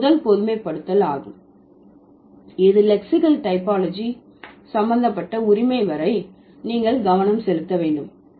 இது முதல் பொதுமைப்படுத்தல் ஆகும் இது லெக்சிக்கல் டைபாலஜி சம்பந்தப்பட்ட உரிமை வரை நீங்கள் கவனம் செலுத்த வேண்டும்